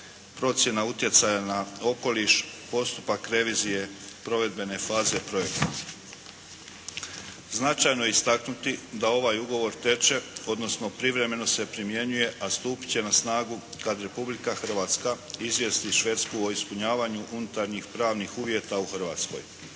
procjena utjecaja na okoliš, postupak revizije provedbene faze projekta. Značajno je istaknuti, da ovaj ugovor teče odnosno privremeno se primjenjuje, a stupiti će na snagu kad Republika Hrvatska izvijesti Švedsku o ispunjavanju unutarnjih pravnih uvjeta u Hrvatskoj.